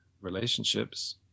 relationships